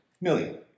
million